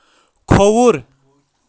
کھووُر